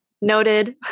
Noted